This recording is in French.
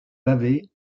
pavée